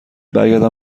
برگردم